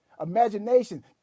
imagination